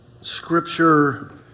scripture